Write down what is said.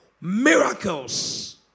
miracles